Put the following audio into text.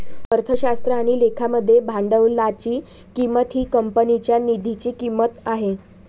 अर्थशास्त्र आणि लेखा मध्ये भांडवलाची किंमत ही कंपनीच्या निधीची किंमत आहे